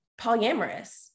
polyamorous